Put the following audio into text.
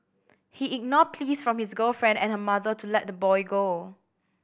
he ignored pleas from his girlfriend and her mother to let the boy go